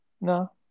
No